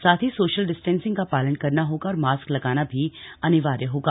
साथ ही social distancing का पालन करना होगा और मास्क लगाना भी अनिवार्य होगा